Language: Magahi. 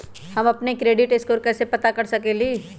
हम अपन क्रेडिट स्कोर कैसे पता कर सकेली?